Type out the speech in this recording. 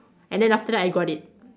and then after that I got it